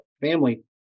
family